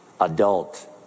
adult